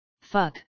fuck